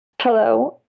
Hello